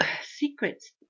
secrets